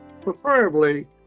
preferably